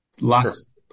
last